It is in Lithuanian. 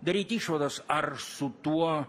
daryti išvadas ar su tuo